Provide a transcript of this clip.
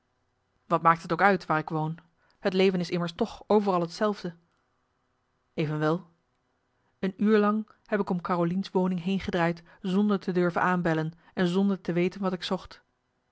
wat maakt het ook uit waar ik woon het leven is immers toch overal hetzelfde evenwel een uur lang heb ik om caroliens woning heen gedraaid zonder te durven aanbellen en zonder te weten wat ik zocht